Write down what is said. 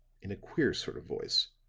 in a queer sort of voice,